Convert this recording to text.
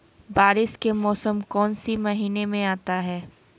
बारिस के मौसम कौन सी महीने में आता है?